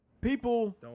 People